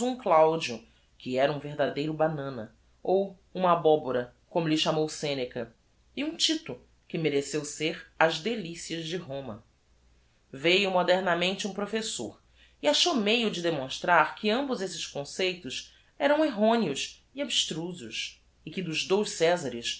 claudio que era um verdadeiro banana ou uma abobora como lhe chamou seneca e um tito que mereceu ser as delicias de roma veiu modernamente um professor e achou meio de demonstrar que ambos esses conceitos eram erroneos e abstrusos e que dos dous cesares